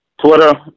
Twitter